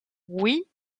oui